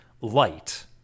light